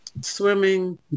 swimming